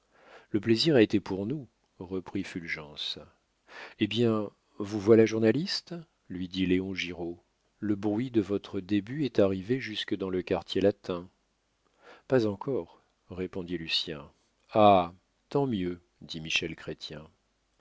le plaisir a été pour nous reprit fulgence eh bien vous voilà journaliste lui dit léon giraud le bruit de votre début est arrivé jusque dans le quartier latin pas encore répondit lucien ah tant mieux dit michel chrestien